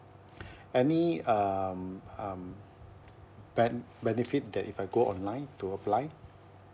any um um bene~ benefit that if I go online to apply